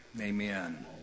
Amen